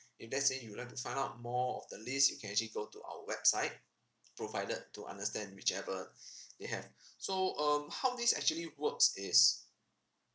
if let's say you'd like to find out more of the list you can actually go to our website provided to understand whichever they have so um how this actually works is